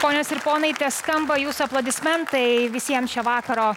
ponios ir ponai teskamba jūsų aplodismentai visiem šio vakaro